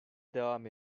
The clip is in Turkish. devam